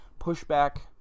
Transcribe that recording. pushback